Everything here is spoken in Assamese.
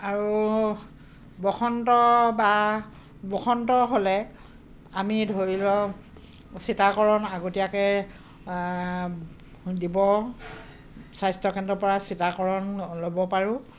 আৰু বসন্ত বা বসন্ত হ'লে আমি ধৰি লওক চিতাকৰণ আগতীয়াকৈ দিব স্বাস্থ্যকেন্দ্ৰৰপৰা চিতাকৰণ ল'ব পাৰোঁ